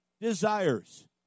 desires